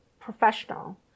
professional